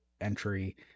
entry